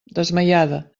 desmaiada